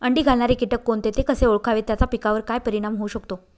अंडी घालणारे किटक कोणते, ते कसे ओळखावे त्याचा पिकावर काय परिणाम होऊ शकतो?